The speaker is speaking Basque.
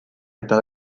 eta